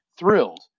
thrilled